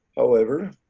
however,